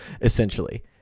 essentially